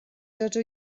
dydw